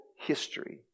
history